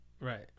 Right